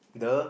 the